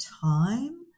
time